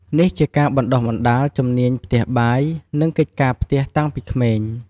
នេះជាការបណ្ដុះបណ្ដាលជំនាញផ្ទះបាយ និងកិច្ចការផ្ទះតាំងពីក្មេង។